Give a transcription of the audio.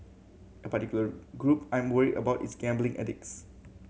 a particular group I'm worried about is gambling addicts